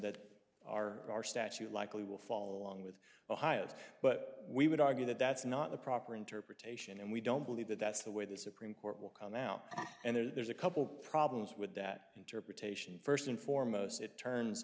that are our statute likely will follow along with ohio but we would argue that that's not the proper interpretation and we don't believe that that's the way the supreme court will come out and there's a couple problems with that interpretation first and foremost it turns